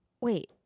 wait